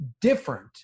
different